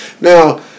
Now